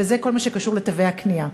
וזה כל מה שקשור לתווי הקנייה.